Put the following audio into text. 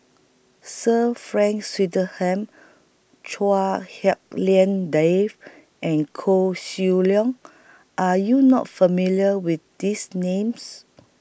Sir Frank Swettenham Chua Hak Lien Dave and Koh Seng Leong Are YOU not familiar with These Names